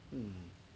hmm